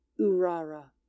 urara